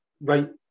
right